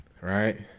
right